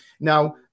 Now